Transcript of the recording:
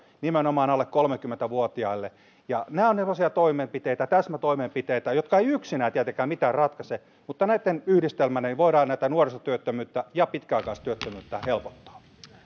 nimenomaan alle kolmekymmentä vuotiaille nämä ovat sellaisia toimenpiteitä täsmätoimenpiteitä jotka eivät yksinään tietenkään mitään ratkaise mutta näitten yhdistelmällä voidaan tätä nuorisotyöttömyyttä ja pitkäaikaistyöttömyyttä helpottaa